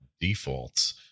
defaults